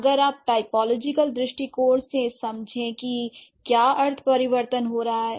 अगर आप इसे टाइपोलॉजिकल दृष्टिकोण से समझे कि क्या अर्थ परिवर्तन हो रहा है